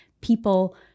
people